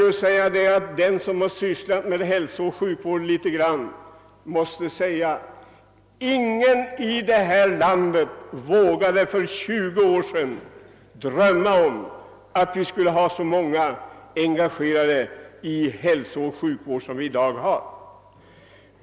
Som en av dem som mycket har sysslat med hälsooch sjukvård i detta land måste jag säga, att ingen här i landet för 20 år sedan väl vågade drömma om att så många skulle vara engagerade inom hälsooch sjukvården som förhållandet i dag är.